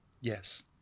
Yes